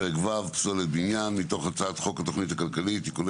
פרק ו (פסולת בניין) מתוך הצעת חוק התוכנית הכלכלית (תיקוני